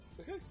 Okay